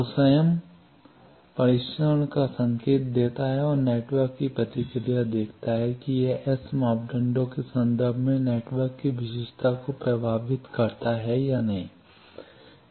तो यह स्वयं परीक्षण संकेत देता है और नेटवर्क की प्रतिक्रिया देखता है कि यह एस मापदंड के संदर्भ में नेटवर्क की विशेषता को प्रभावित करता है